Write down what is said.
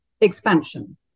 expansion